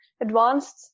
advanced